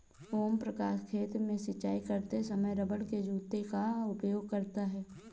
ओम प्रकाश खेत में सिंचाई करते समय रबड़ के जूते का उपयोग करता है